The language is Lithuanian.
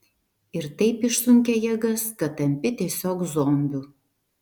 ir taip išsunkia jėgas kad tampi tiesiog zombiu